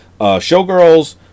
showgirls